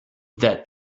that